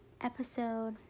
episode